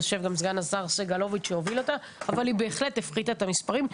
אבל היא בהחלט הפחיתה את המספרים.